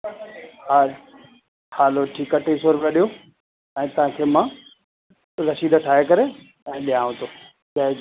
हा हलो ठीकु आहे टे सौ रुपया ॾियो ऐं तव्हांखे मां हीअ रसीद ठाहे करे ॾियांव थो जय झूलेलाल